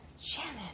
Shannon